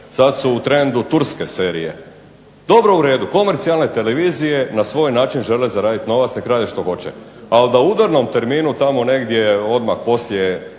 Sad su u trendu turske serije. Dobro, u redu. Komercijalne televizije na svoj način žele zaraditi novac, nek' rade što hoće. Ali da u udarnom terminu tamo negdje odmah poslije